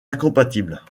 incompatibles